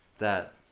that,